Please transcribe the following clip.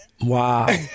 Wow